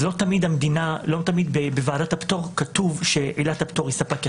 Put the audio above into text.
אז לא תמיד בוועדת הפטור כתוב שעילת הפטור היא ספק יחיד,